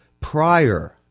prior